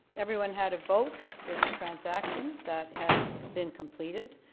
everyone had a vote. there was a transaction that has been completed.